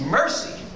mercy